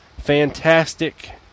fantastic